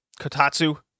kotatsu